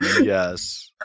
Yes